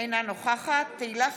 אינה נוכחת תהלה פרידמן,